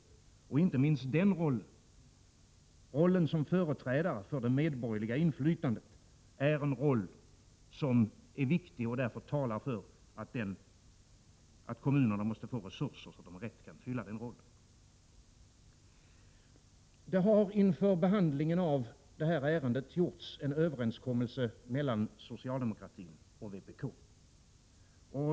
Inte minst den rollen — som företrädare för det medborgerliga inflytandet — är viktig, och det talar för att kommunerna måste få resurser så att de rätt kan fylla den rollen. Det har inför behandlingen av det här ärendet gjorts en överenskommelse mellan socialdemokratin och vpk.